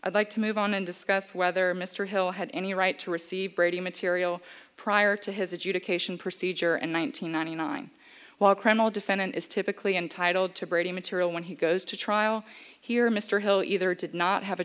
i'd like to move on and discuss whether mr hill had any right to receive brady material prior to his adjudication procedure and one nine hundred ninety nine while criminal defendant is typically entitled to brady material when he goes to trial here mr hill either did not have a